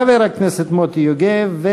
חבר הכנסת מוטי יוגב,